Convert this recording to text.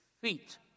feet